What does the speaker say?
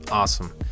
awesome